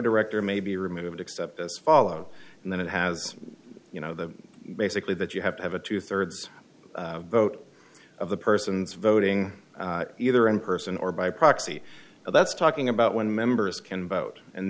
director may be removed except as follow and then it has you know the basically that you have to have a two thirds vote of the persons voting either in person or by proxy that's talking about when members can vote and